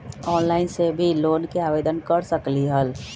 Online से भी loan के आवेदन कर सकलीहल?